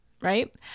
right